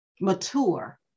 mature